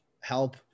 help